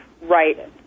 right